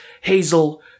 Hazel